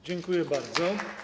Dziękuję bardzo.